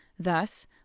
Thus